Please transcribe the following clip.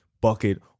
bucket